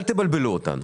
אל תבלבלו אותנו.